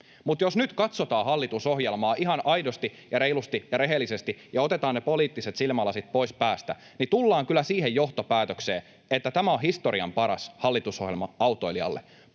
mutta jos nyt katsotaan hallitusohjelmaa ihan aidosti ja reilusti ja rehellisesti ja otetaan ne poliittiset silmälasit pois päästä, niin tullaan kyllä siihen johtopäätökseen, että tämä on historian paras hallitusohjelma autoilijalle.